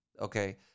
Okay